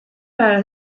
para